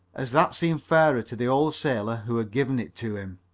as that seemed fairer to the old sailor who had given it to him.